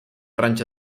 rancho